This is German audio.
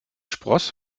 spross